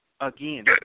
again